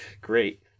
Great